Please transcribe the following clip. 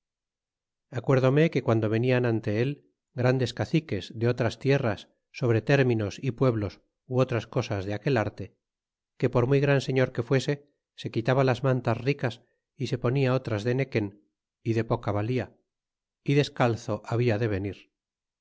acuérdome que guando venian nte él grandes caciques de otras tierras sobre términos y pueblos ú otras cosas de aquel arte que por muy gran señor que fuese se quitaba las mantas ricas y se ponia otras de nequen y de poca valía y descalzo había de venir